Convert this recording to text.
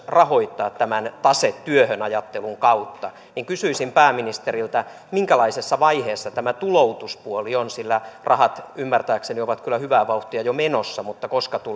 rahoittaa tämän tase työhön ajattelun kautta niin kysyisin pääministeriltä minkälaisessa vaiheessa tämä tuloutuspuoli on sillä rahat ymmärtääkseni ovat kyllä hyvää vauhtia jo menossa koska tulee